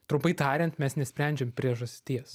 trumpai tariant mes nesprendžiam priežasties